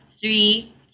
three